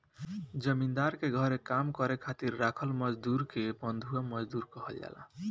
जमींदार के घरे काम करे खातिर राखल मजदुर के बंधुआ मजदूर कहल जाला